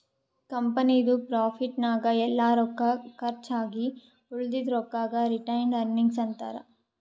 ಕಂಪನಿದು ಪ್ರಾಫಿಟ್ ನಾಗ್ ಎಲ್ಲಾ ರೊಕ್ಕಾ ಕರ್ಚ್ ಆಗಿ ಉಳದಿದು ರೊಕ್ಕಾಗ ರಿಟೈನ್ಡ್ ಅರ್ನಿಂಗ್ಸ್ ಅಂತಾರ